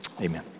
Amen